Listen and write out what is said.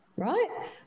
right